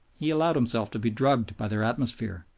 he allowed himself to be drugged by their atmosphere,